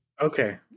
Okay